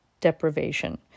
deprivation